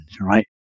right